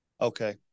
Okay